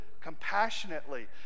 compassionately